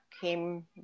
came